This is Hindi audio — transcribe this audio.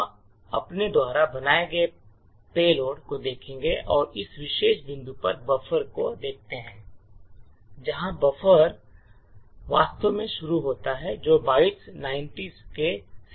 हम अपने द्वारा बनाए गए पेलोड को देखेंगे और हम इस विशेष बिंदु पर बफर को देखते हैं जहां बफर वास्तव में शुरू होता है जो बाइट 90 के 64 nops से भरा होता है